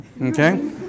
okay